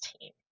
team